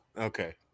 Okay